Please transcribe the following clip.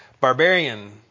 barbarian